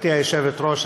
גברתי היושבת-ראש,